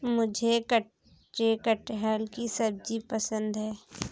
मुझे कच्चे कटहल की सब्जी पसंद है